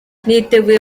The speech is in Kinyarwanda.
niteguye